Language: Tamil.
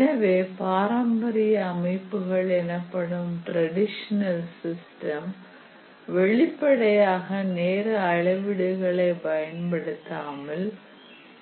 எனவே பாரம்பரிய அமைப்புகள் எனப்படும் ட்ரெடிஷனல் சிஸ்டம் வெளிப்படையாக நேர அளவீடுகளை பயன்படுத்தாமல்